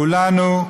כולנו,